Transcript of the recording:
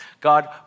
God